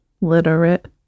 literate